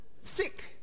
sick